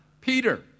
Peter